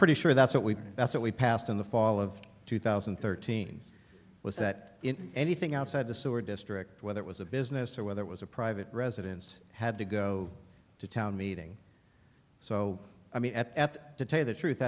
pretty sure that's what we that's what we passed in the fall of two thousand and thirteen with that in anything outside the sewer district whether it was a business or whether it was a private residence had to go to town meeting so i mean at that to tell you the truth